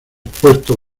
puesto